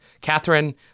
Catherine